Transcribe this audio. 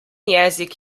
jezik